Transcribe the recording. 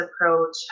approach